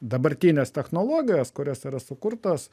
dabartinės technologijos kurios yra sukurtos